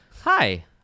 Hi